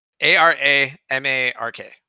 a-r-a-m-a-r-k